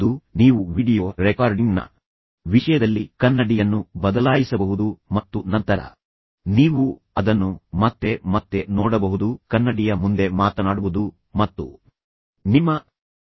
ಇಂದು ನೀವು ವೀಡಿಯೊ ರೆಕಾರ್ಡಿಂಗ್ನ ವಿಷಯದಲ್ಲಿ ಕನ್ನಡಿಯನ್ನು ಬದಲಾಯಿಸಬಹುದು ಮತ್ತು ನಂತರ ನೀವು ಅದನ್ನು ಮತ್ತೆ ಮತ್ತೆ ನೋಡಬಹುದು ಆದರೆ ಇನ್ನೂ ಉತ್ತಮ ವಿಷಯವೆಂದರೆ ಕನ್ನಡಿಯಲ್ಲಿ ನಿಮ್ಮನ್ನು ನೀವು ಅಧ್ಯಯನ ಮಾಡಿಕೊಳ್ಳುವುದು ಕನ್ನಡಿಯ ಮುಂದೆ ಮಾತನಾಡುವುದು ಮತ್ತು ಅದು ನಿಮ್ಮನ್ನು ಆಕರ್ಷಿಸುತ್ತಿದೆಯೇ ಎಂದು ನೋಡುವುದು